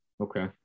okay